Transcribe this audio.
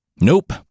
Nope